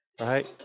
right